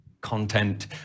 content